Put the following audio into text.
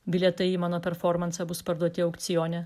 bilietai į mano performansą bus parduoti aukcione